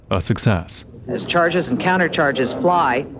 a success as charges and countercharges fly,